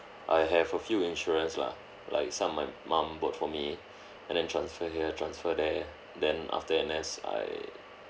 I have a few insurance lah like some my mum bought for me and then transfer here transfer there then after N_S I